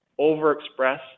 overexpress